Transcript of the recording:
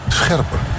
scherper